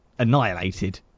annihilated